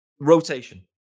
rotation